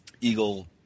Eagle